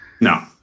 No